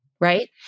right